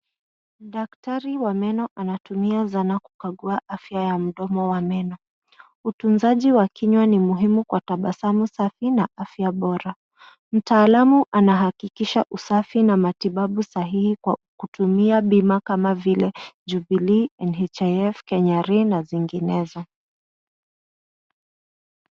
Daktari wa meno ,anatumia zana kukagua afya ya mdomo wa meno. Utunzaji wa kinywa ni muhimu kwa tabasamu safi na afya bora. Mtaalamu anahakikisha usafi na matibabu sahihi kwa kutumia bima kama vile , jubilee and[ cs] NHIF Kenya Re, na zinginezo .